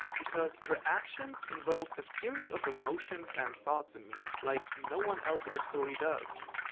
because her actions invoke a series of emotions and thoughts in me, like no one else in the story does.